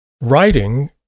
writing